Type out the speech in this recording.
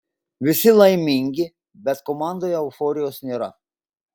visi laimingi bet komandoje euforijos nėra